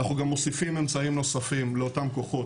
אנחנו גם מוסיפים אמצעים נוספים לאותם כוחות